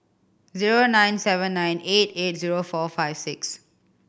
zero nine seven nine eight eight zero four five six